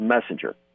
messenger